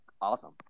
awesome